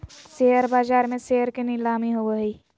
share बाज़ार में share के नीलामी होबो हइ